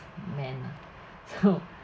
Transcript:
men lah so